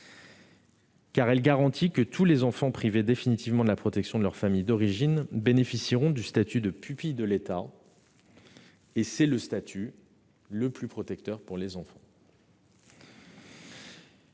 car elle garantit que tous les enfants privés définitivement de la protection de leur famille d'origine bénéficieront du statut de pupille de l'État. Or c'est le statut le plus protecteur pour les enfants.